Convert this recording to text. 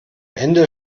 ende